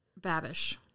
Babish